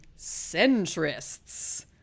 centrists